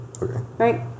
Right